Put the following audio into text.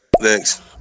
Thanks